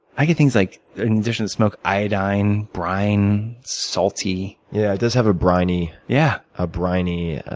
i get things like there's smoke, iodine, brine, salty. yeah, it does have a briny yeah ah briny